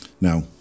Now